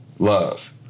Love